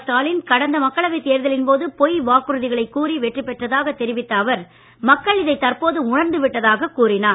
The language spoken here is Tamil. ஸ்டாலின் கடந்த மக்களவைத் தேர்தலின்போது பொய் வாக்குறுதிகளை கூறி வெற்றி பெற்றதாக தெரிவித்த அவர் மக்கள் இதை தற்போது உணர்ந்து விட்டதாக கூறினார்